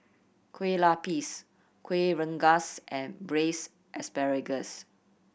Kueh Lapis Kueh Rengas and Braised Asparagus